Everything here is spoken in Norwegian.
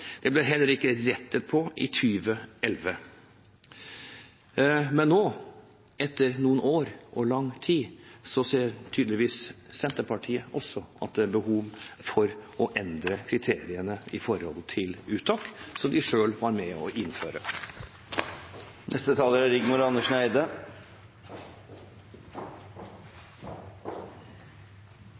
det ble ikke rettet på. Det ble heller ikke rettet på i 2011. Men nå, etter noen år og lang tid, ser tydeligvis også Senterpartiet at det er behov for å endre kriteriene for uttak – som de selv var med og innførte. Jeg er